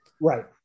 right